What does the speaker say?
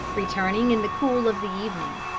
returning in the cool of the evening.